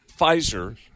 Pfizer